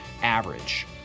average